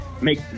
Make